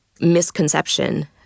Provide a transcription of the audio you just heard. misconception